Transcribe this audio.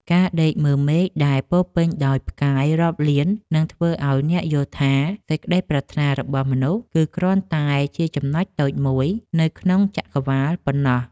ការដេកមើលមេឃដែលពោរពេញដោយផ្កាយរាប់លាននឹងធ្វើឱ្យអ្នកយល់ថា សេចក្តីប្រាថ្នារបស់មនុស្សគឺគ្រាន់តែជាចំណុចតូចមួយនៅក្នុងចក្កក្រវាឡប៉ុណ្ណោះ។